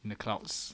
in the clouds